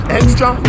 extra